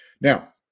Now